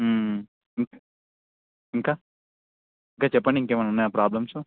ఇంకా ఇంకా చెప్పండి ఇంకేమన్నున్నాయా ప్రాబ్లమ్సు